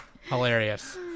Hilarious